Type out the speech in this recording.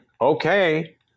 okay